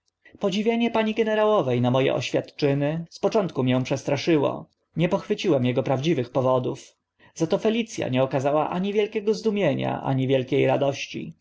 podziwienie pani generałowe na mo e oświadczyny z początku mię przestraszyło nie pochwyciłem ego prawdziwych powodów za to felic a nie okazała ani wielkiego zdumienia ani wielkie radości